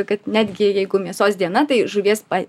kad netgi jeigu mėsos diena tai žuvies pa